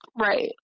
Right